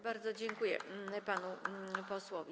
Bardzo dziękuję panu posłowi.